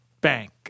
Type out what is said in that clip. bank